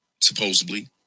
supposedly